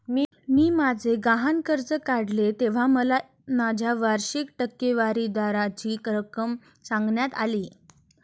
मी माझे गहाण कर्ज काढले तेव्हा मला माझ्या वार्षिक टक्केवारी दराची रक्कम सांगण्यात आली